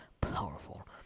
powerful